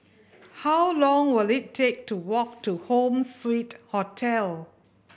how long will it take to walk to Home Suite Hotel